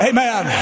Amen